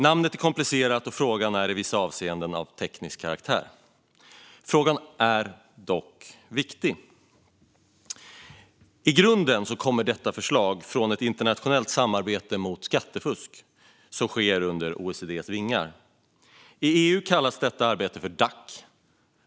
Namnet är komplicerat, och frågan är i vissa avseenden av teknisk karaktär. Frågan är dock viktig. I grunden kommer detta förslag från ett internationellt samarbete mot skattefusk som sker under OECD:s vingar. I EU kallas detta arbete för Dac.